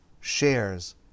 shares